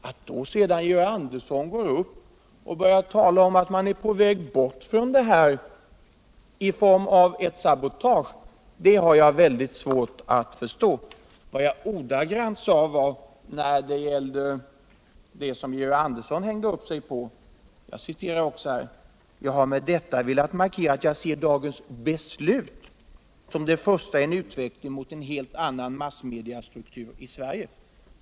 Att då Georg Andersson går upp för att tala om att man är på väg bort från detta i form av ett sabotage har Jag mycket svårt att förstå. Vad jag ordagrant sade när det gäller det Georg Andersson hängde upp sig på var: ”Jag har med detta vetat markera att jag ser dagens beslut som det första i en utveckling mot en helt annan massmediastruktur än den vi har i dagens Sverige -—-—-.